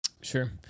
Sure